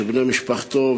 שבני משפחתו,